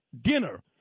dinner